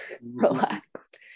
relaxed